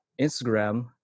Instagram